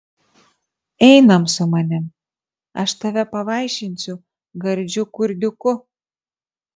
einam su manim aš tave pavaišinsiu gardžiu kurdiuku